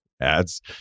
ads